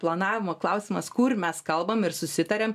planavimo klausimas kur mes kalbam susitaria